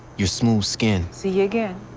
your smooth skin. see you again.